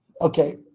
okay